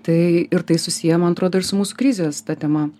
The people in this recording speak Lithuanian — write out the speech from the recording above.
tai ir tai susiję man atrodo ir su mūsų krizės ta tema